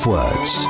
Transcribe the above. Words